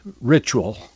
ritual